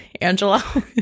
Angela